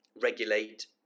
regulate